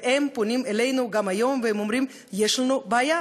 והם פונים אלינו גם היום ואומרים: יש לנו בעיה,